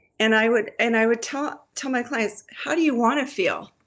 and i would and i would tell tell my clients, how do you want to feel?